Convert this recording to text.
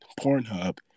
Pornhub